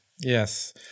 Yes